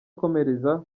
akomereza